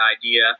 idea